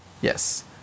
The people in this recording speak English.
Yes